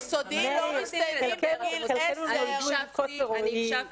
היסודיים לא מסתיימים בגיל 10. אני הקשבתי.